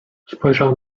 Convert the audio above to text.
spojrzał